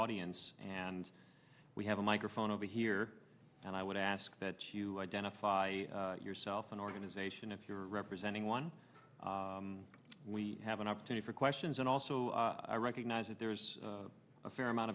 audience and we have a microphone over here and i would ask that you identify yourself an organization if you're representing one we have an opportunity for questions and also recognize that there's a fair amount